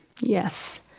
Yes